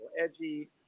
edgy